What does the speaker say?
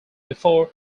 before